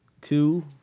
two